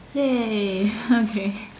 !yay! okay